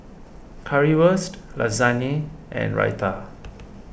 Currywurst Lasagne and Raita